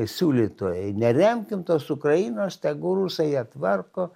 siūlytojai neremkim tos ukrainos tegu rusai jie tvarko